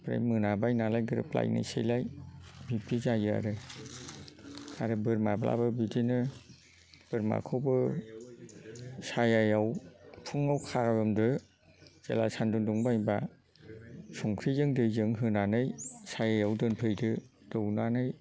ओमफ्राय मोनाबाय नालाय ग्रोब लायनोसैलाय बिब्दि जायो आरो आरो बोरमाब्लाबो बिदिनो बोरमाखौबो सायहायाव फुङाव खारनदो जेब्ला सानदुं दुंबाय होनबा संख्रिजों दैजों होनानै सायहायाव दोनफैदो दौनानै